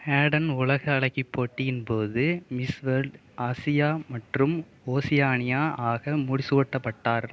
Haden உலக அழகி போட்டியின் போது மிஸ் வேல்ட் ஆசியா மற்றும் ஓசியானியா ஆக முடிசூட்டப்பட்டார்